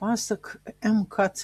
pasak mkt